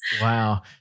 Wow